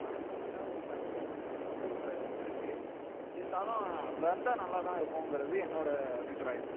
வரபோகிறதா ஒரு தகவல் வந்துருக்குது இருந்தாலும் வந்தால் நல்லா தான் இருக்குங்கிறது என்னோடய அபிப்பிராயம்